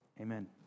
Amen